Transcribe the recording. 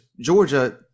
Georgia